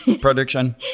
Prediction